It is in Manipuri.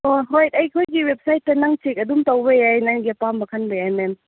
ꯑꯣ ꯍꯣꯏ ꯑꯩꯈꯣꯏꯒꯤ ꯋꯦꯕꯁꯥꯏꯠꯇ ꯅꯪ ꯆꯦꯛ ꯑꯗꯨꯝ ꯇꯧꯕ ꯌꯥꯏ ꯅꯪꯒꯤ ꯑꯄꯥꯝꯕ ꯈꯟꯕ ꯌꯥꯏ ꯃꯦꯝ